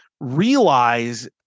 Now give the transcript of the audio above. Realize